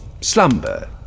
slumber